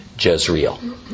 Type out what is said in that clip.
Jezreel